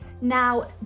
Now